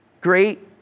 great